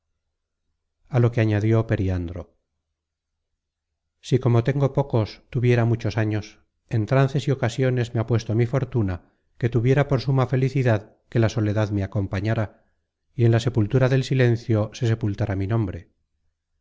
lo que añadió periandro si como tengo pocos tuviera muchos años en trances y ocasiones me ha puesto mi fortuna que tuviera por suma felicidad que la soledad me acompañara y en la sepultura del silencio se sepultara mi nombre